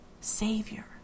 Savior